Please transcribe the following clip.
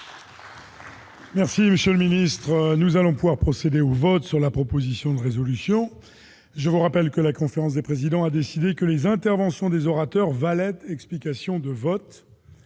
est close. Nous allons procéder au vote sur la proposition de résolution. Mes chers collègues, je rappelle que la conférence des présidents a décidé que les interventions des orateurs valaient explication de vote.